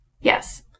Yes